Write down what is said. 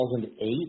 2008